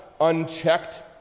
unchecked